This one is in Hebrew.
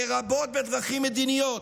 לרבות בדרכים מדיניות.